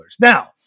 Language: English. Now